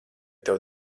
tev